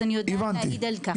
אז אני יודעת להגיד על כך.